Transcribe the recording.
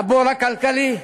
לבור הכלכלי,